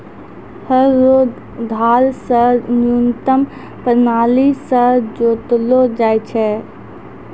हल रो धार से न्यूतम प्राणाली से जोतलो जाय छै